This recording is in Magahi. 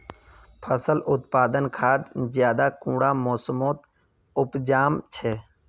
फसल उत्पादन खाद ज्यादा कुंडा मोसमोत उपजाम छै?